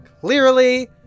Clearly